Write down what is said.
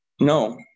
No